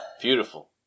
Beautiful